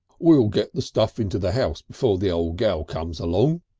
we'll get the stuff into the house before the old gal comes along,